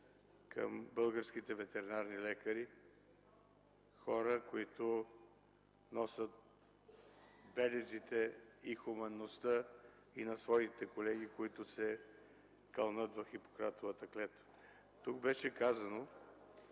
към българските ветеринарни лекари. Хора, които носят белезите и хуманността и на своите колеги, които се кълнат в Хипократовата клетва. Тук беше казано,